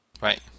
Right